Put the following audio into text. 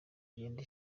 igenda